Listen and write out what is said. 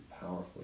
powerfully